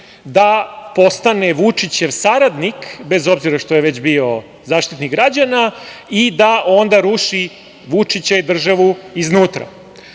da postane Vučićev saradnik, bez obzira što je već bio Zaštitnik građana, i da onda ruši Vučića i državu iznutra. Posle